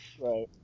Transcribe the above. Right